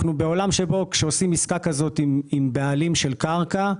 אנחנו בעולם שבו כאשר עושים עסקה כזאת עם בעלים של קרקע,